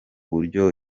buryo